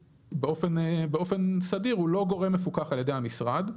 שבאופן סדיר הוא אל גורם מפוקח על ידי המשרד,